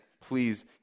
please